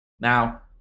Now